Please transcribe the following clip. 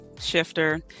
shifter